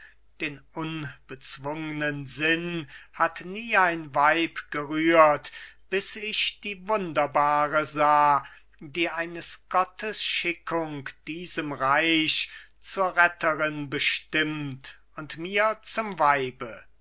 den unbezwungnen sinn hat nie ein weib gerührt bis ich die wunderbare sah die eines gottes schickung diesem reich zur retterin bestimmt und mir zum weibe